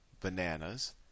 bananas